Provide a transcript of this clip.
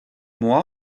moi